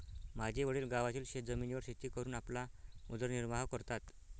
माझे वडील गावातील शेतजमिनीवर शेती करून आपला उदरनिर्वाह करतात